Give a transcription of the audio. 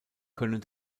können